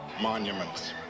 monuments